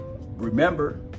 remember